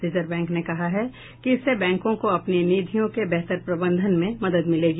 reserve bank ने कहा है कि इससे बैंकों को अपनी निधियों के बेहतर प्रबंधन में मदद मिलेगी